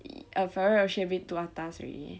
a Ferrero Rocher a bit too atas already